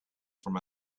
from